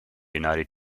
united